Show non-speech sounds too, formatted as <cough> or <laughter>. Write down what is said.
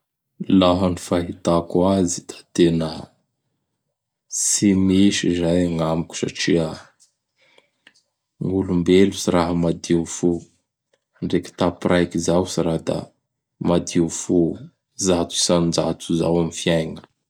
<noise> Laha ny fahitako azy da tena tsy misy zay agnamiko satria gn' olombelo tsy raha madio fo. Ndreky tapo raiky izao tsy raha da madio fo zato isan-jato zao amin' gny fiaigna. <noise>